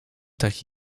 tak